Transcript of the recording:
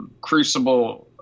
crucible-